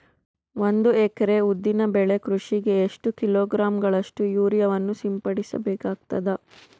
ಒಂದು ಎಕರೆ ಉದ್ದಿನ ಬೆಳೆ ಕೃಷಿಗೆ ಎಷ್ಟು ಕಿಲೋಗ್ರಾಂ ಗಳಷ್ಟು ಯೂರಿಯಾವನ್ನು ಸಿಂಪಡಸ ಬೇಕಾಗತದಾ?